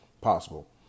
possible